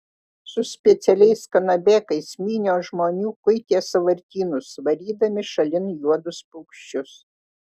su specialiais kanabėkais minios žmonių kuitė sąvartynus varydami šalin juodus paukščius